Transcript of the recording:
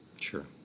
Sure